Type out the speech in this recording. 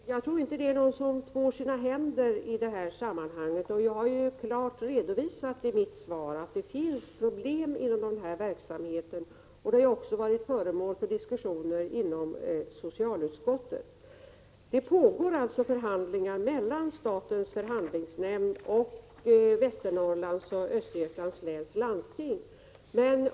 Herr talman! Jag tror inte att någon tvår sina händer i detta sammanhang. Jag har klart redovisat i mitt svar att det finns problem inom denna verksamhet. De har också varit föremål för diskussioner inom socialutskottet. Förhandlingar mellan statens förhandlingsnämnd och Västernorrlands och Östergötlands läns landsting pågår.